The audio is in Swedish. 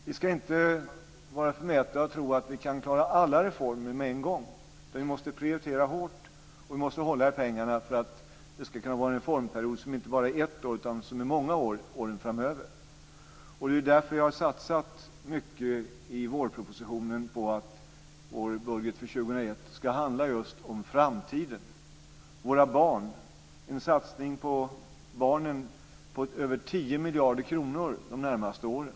Vi ska inte vara förmätna och tro att vi kan klara alla reformer med en gång, utan vi måste prioritera hårt. Vi måste hålla i pengarna för att det ska kunna bli en reformperiod som varar inte bara i ett år utan i många år under åren framöver. Därför har vi satsat mycket i vårpropositionen på att vår budget för 2001 ska handla just om framtiden - om våra barn. Det blir en satsning på barnen med över 10 miljarder kronor de närmaste åren.